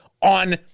on